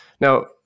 Now